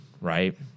right